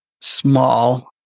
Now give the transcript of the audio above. small